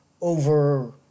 over